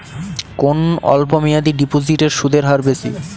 কোন অল্প মেয়াদি ডিপোজিটের সুদের হার বেশি?